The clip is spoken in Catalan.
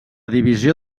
divisió